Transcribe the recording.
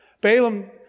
Balaam